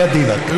בחייאת דינכ.